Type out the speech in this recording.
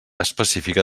específica